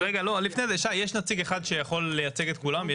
לא, לפני זה שי, יש נציג אחד שיכול לייצג את כולם?